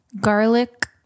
garlic